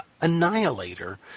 Annihilator